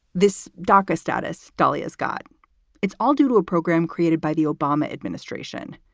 this doca status, stolley has got its all due to a program created by the obama administration.